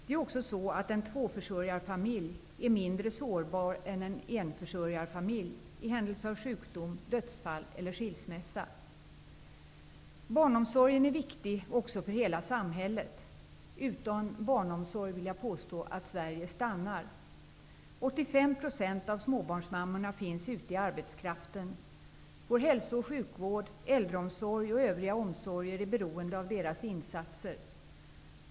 En familj med två försörjare är också i händelse av sjukdom, dödsfall och skilsmässa mindre sårbar än en familj med en försörjare. Barnomsorgen är viktig också för hela samhället. Utan barnomsorg stannar Sverige, vill jag påstå. Av småbarnsmammorna är det 85 % som finns ute i arbetslivet. I vår hälso och sjukvård, äldreomsorg och övriga omsorger är man beroende av deras insatser.